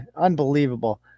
unbelievable